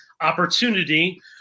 opportunity